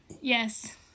Yes